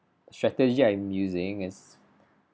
strategy I am using is